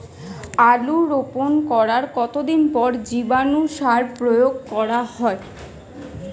আলু রোপণ করার কতদিন পর জীবাণু সার প্রয়োগ করা হয়?